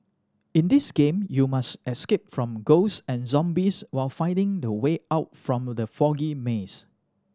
in this game you must escape from ghost and zombies while finding the way out from the foggy maze